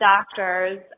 doctors